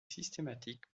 systématique